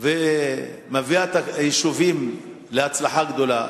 ומביאה את היישובים להצלחה גדולה,